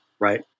right